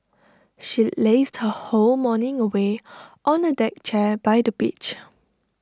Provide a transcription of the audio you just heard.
she lazed her whole morning away on A deck chair by the beach